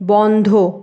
বন্ধ